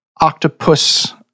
octopus